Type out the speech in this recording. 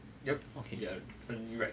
yup you're definitely right